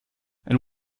and